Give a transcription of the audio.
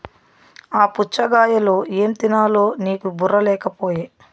ఆ పుచ్ఛగాయలో ఏం తినాలో నీకు బుర్ర లేకపోయె